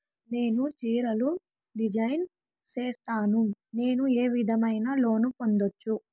నేను చీరలు డిజైన్ సేస్తాను, నేను ఏ విధమైన లోను పొందొచ్చు